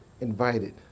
invited